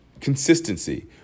Consistency